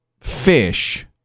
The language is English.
fish